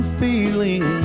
feeling